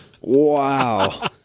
Wow